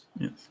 Yes